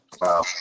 Wow